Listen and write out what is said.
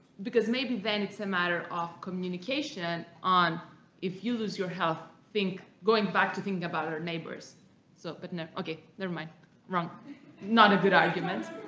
because maybe then it's a matter of communication on if you lose your health think going back to thinking about our neighbors so but okay nevermind wrong not a good argument